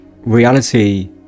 Reality